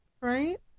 Right